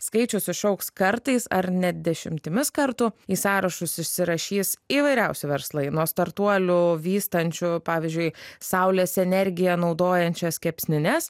skaičius išaugs kartais ar net dešimtimis kartų į sąrašus išsirašys įvairiausi verslai nuo startuolių vystančių pavyzdžiui saulės energiją naudojančias kepsnines